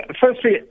Firstly